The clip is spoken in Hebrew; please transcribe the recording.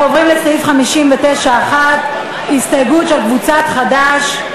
אנחנו עוברים לסעיף 59(1). הסתייגות 161 של קבוצת חד"ש.